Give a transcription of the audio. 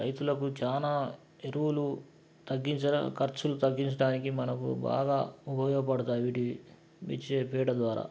రైతులకు చాలా ఎరువులు తగ్గించ ఖర్చులు తగ్గించడానికి మనకు బాగా ఉపయోగపడుతాయి వీటి ఇచ్చే పేడ ద్వారా